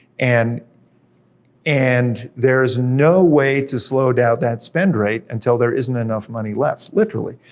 and and there's no way to slow down that spend rate until there isn't enough money left, literally.